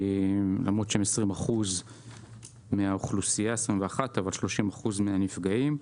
למרות שהם 21% מהאוכלוסייה, אבל 30% מהנפגעים.